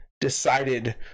decided